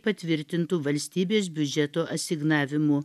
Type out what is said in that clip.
patvirtintų valstybės biudžeto asignavimų